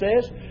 says